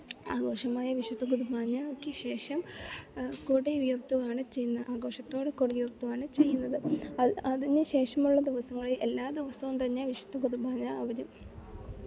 ആഘോഷമായ വിശുദ്ധ കുർബാനയ്ക്ക് ശേഷം കൊടി ഉയർത്തുവാണ് ചെയ്യുന്നത് ആഘോഷത്തോടെ കൊടി ഉയർത്തുവാണ് ചെയ്യുന്നത് അത് അതിനു ശേഷമുള്ള ദിവസങ്ങളിൽ എല്ലാ ദിവസവും തന്നെ വിശുദ്ധ കുർബാന അവർ